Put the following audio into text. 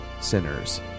sinners